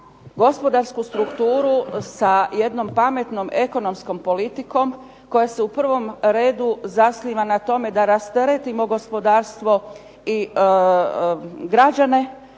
gospodarsku strukturu sa jednom pametnom ekonomskom politikom koja se u prvom redu zasniva na tome da rasteretimo gospodarstvo i građane